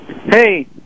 Hey